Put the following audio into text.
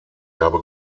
habe